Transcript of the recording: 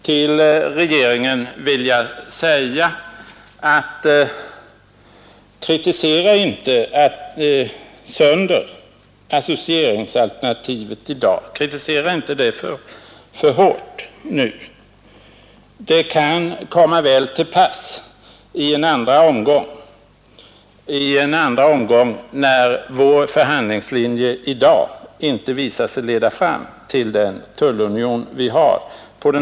Till regeringen vill jag säga: Kritisera inte sönder associeringsalternativet i dag! Bind er inte vid hård kritik nu! Det kan komma väl till pass i en andra omgång, när vår förhandlingslinje i dag inte visar sig leda fram till den tullunion vi har som mål.